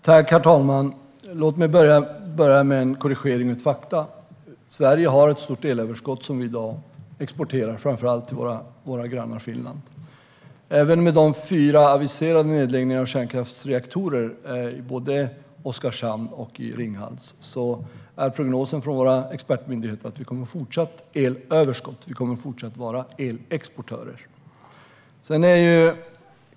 Herr talman! Låt mig börja med en korrigering och lite fakta. Sverige har ett stort elöverskott, som vi i dag exporterar framför allt till vår granne Finland. Även med de fyra aviserade nedläggningarna av kärnkraftsreaktorer både i Oskarshamn och i Ringhals är prognosen från våra expertmyndigheter att vi kommer att ha ett fortsatt elöverskott. Vi kommer fortsatt att vara elexportörer.